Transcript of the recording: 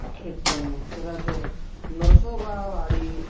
क्षेत्रं तरा च नरसोबावाडी